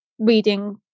Reading